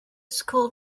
school